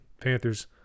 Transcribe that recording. Panthers